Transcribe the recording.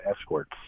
escorts